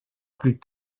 plus